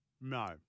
No